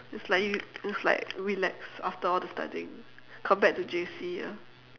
it's like you it's like relax after all the studying compared to J_C ah